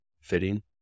fitting